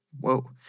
Whoa